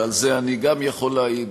ועל זה אני גם יכול להעיד.